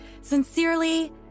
Sincerely